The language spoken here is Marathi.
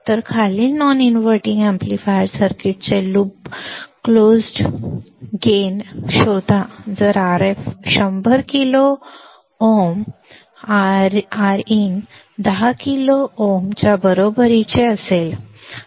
तर खालील नॉन इनव्हर्टिंग एम्पलीफायर सर्किटचे बंद लूप लाभ शोधा जर Rf 100 kilo ohm R in 10 kilo ओमच्या बरोबरीचे असेल